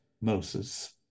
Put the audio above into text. moses